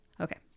Okay